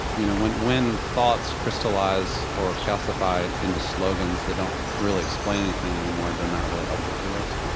you know, when when thoughts crystallize or calcify into slogans, they don't really explain anything anymore. they're not really helpful to us.